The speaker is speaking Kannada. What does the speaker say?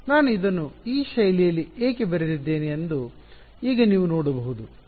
ನಾನು ಇದನ್ನು ಈ ಶೈಲಿಯಲ್ಲಿ ಏಕೆ ಬರೆದಿದ್ದೇನೆ ಎಂದು ಈಗ ನೀವು ನೋಡಬಹುದು